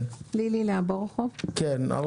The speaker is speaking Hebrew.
אפשר לומר כמה מילים?